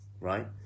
right